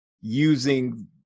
using